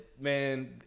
man